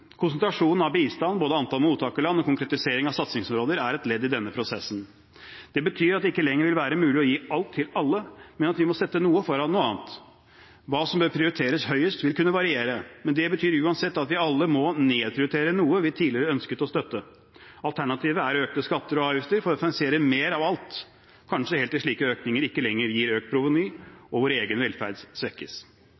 Konsentrasjonen av bistand, både antall mottakerland og konkretisering av satsingsområder, er et ledd i denne prosessen. Det betyr at det ikke lenger vil være mulig å gi alt til alle, men at vi må sette noe foran noe annet. Hva som bør prioriteres høyest, vil kunne variere. Men det betyr uansett at vi alle må nedprioritere noe vi tidligere ønsket å støtte. Alternativet er økte skatter og avgifter for å finansiere mer av alt – kanskje helt til slike økninger ikke lenger gir økt proveny, og vår egen velferd svekkes.